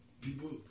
people